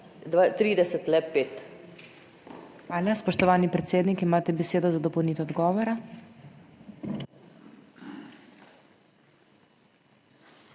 HOT:** Hvala. Spoštovani predsednik, imate besedo za dopolnitev odgovora.